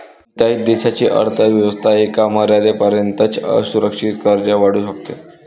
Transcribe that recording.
कोणत्याही देशाची अर्थ व्यवस्था एका मर्यादेपर्यंतच असुरक्षित कर्ज वाढवू शकते